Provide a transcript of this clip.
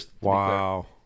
Wow